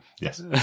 Yes